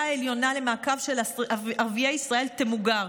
העליונה למעקב של ערביי ישראל" תמוגר.